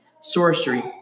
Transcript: sorcery